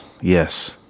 Yes